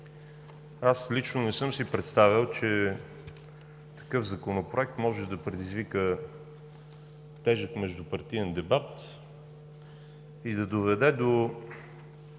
Аз лично не съм си представял, че такъв законопроект може да предизвика тежък междупартиен дебат и да доведе до